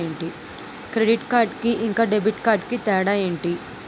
Credit card కి ఇంకా debit card కి తేడా ఏంటి?